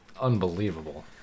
unbelievable